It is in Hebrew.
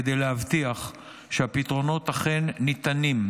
כדי להבטיח שהפתרונות אכן ניתנים,